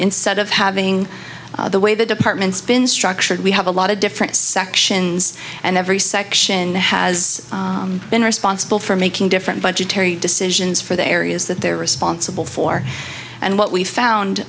instead of having the way the department's been structured we have a lot of different sections and every section has been responsible for making different budgetary decisions for the areas that they're responsible for and what we found